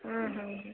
ಹ್ಞೂ ಹ್ಞೂ ಹ್ಞೂ